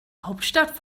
hauptstadt